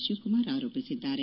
ಶಿವಕುಮಾರ್ ಆರೋಪಿಸಿದ್ದಾರೆ